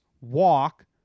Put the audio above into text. walk